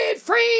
free